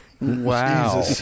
wow